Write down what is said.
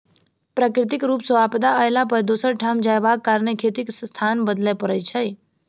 प्राकृतिक रूप सॅ आपदा अयला पर दोसर ठाम जायबाक कारणेँ खेतीक स्थान बदलय पड़ैत छलै